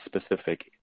specific